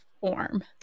form